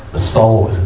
the soul